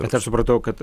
bet aš supratau kad